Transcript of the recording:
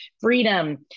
Freedom